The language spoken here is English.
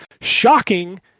shocking